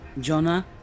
Jonah